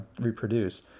reproduce